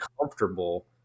comfortable